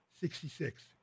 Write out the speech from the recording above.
Sixty-six